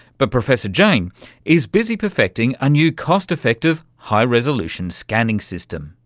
but professor jain is busy perfecting a new cost-effective high-resolution scanning system.